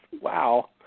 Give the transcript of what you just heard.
Wow